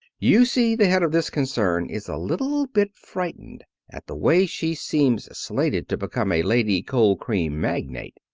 you see the head of this concern is a little bit frightened at the way she seems slated to become a lady cold cream magnate.